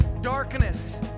darkness